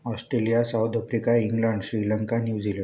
Australia South Africa England Sri Lanka new zealand